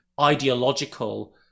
ideological